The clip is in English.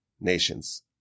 nations